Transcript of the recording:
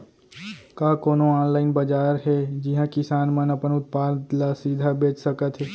का कोनो अनलाइन बाजार हे जिहा किसान मन अपन उत्पाद ला सीधा बेच सकत हे?